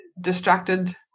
distracted